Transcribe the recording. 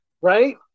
Right